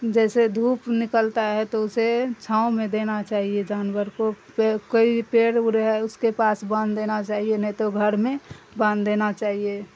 جیسے دھوپ نکلتا ہے تو اسے چھاؤں میں دینا چاہیے جانور کو پ کئی پیڑ اڑے ہے اس کے پاس باندھ دینا چاہیے نہیں تو گھر میں باندھ دینا چاہیے